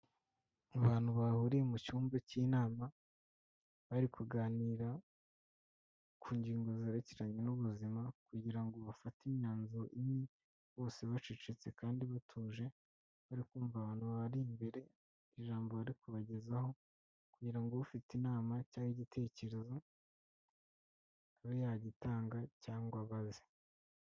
Abantu bahuriye mu cyumba cy'inama, bari kuganira ku ngingo zerekeranye n'ubuzima, kugira ngo bafate imyanzuro imwe bose bacecetse kandi batuje, bari kumva abantu babari imbere, ijambo bari kubagezaho, kugira ngo ufite inama cyangwa igitekerezo, abe yagitanga cyangwa abaze.